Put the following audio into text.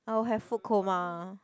oh have food coma